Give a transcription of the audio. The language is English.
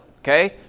okay